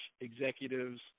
executives